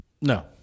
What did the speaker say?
No